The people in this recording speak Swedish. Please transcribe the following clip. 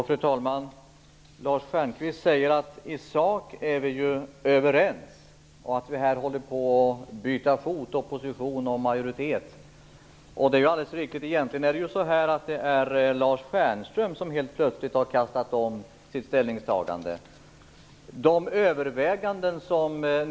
Fru talman! Lars Stjernkvist säger att vi i sak är överens och att oppositionen och majoriteten håller på att byta ståndpunkt. Det är alldeles riktigt. Egentligen är det Lars Stjernkvist som helt plötsligt har ändrat ställningstagande.